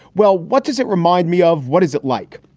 well, what does it remind me of? what is it like?